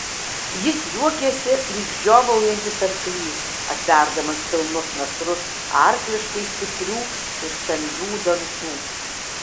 jis juokėsi lyg žiovaujantis arklys atverdamas pilnus nasrus arkliškai stiprių ir stambių dantų